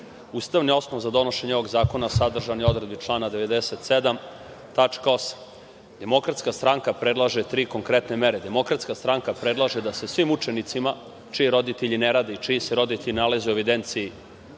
osnov za donošenje ovog zakona sadržan je u odredbi člana 97. tačka 8. Demokratska stranka predlaže tri konkretne mere. Demokratska stranka predlaže da se svim učenicima čiji roditelji ne rade i čiji se roditelji nalaze u evidenciji